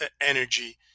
energy